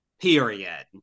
period